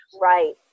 Right